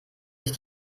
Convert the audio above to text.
sich